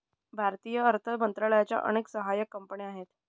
भारतीय अर्थ मंत्रालयाच्या अनेक सहाय्यक कंपन्या आहेत